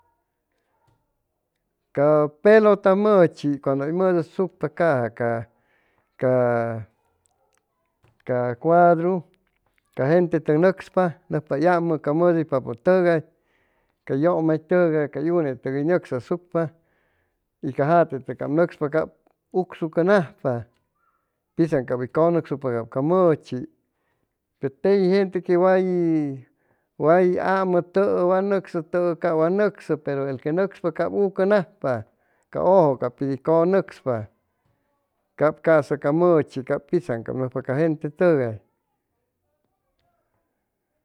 Ca pelota mʉchi cuando hʉy mʉdʉsucpa caja ca ca ca cuadru ca gentetʉc nʉcspa nʉjpa hʉy amʉ ca mʉdʉypapʉtʉgay ca yʉmaytʉgay cay unetʉgay hʉy nʉcsasucpa y ca jatetʉc nʉcspa cap ucsucʉnajpa pitzan cap hʉy cʉnʉcsucpa cap ca mʉchi pe teji gente que way way amʉtʉʉ wa nʉcsʉtʉʉ cap wa nʉcsʉ pero el que nʉcspa cap ucʉnajpa ca ʉjʉ ca pid hʉy cʉnʉcspa cap casa ca mʉchi cap pitzan cap nʉcspa ca gente tʉgay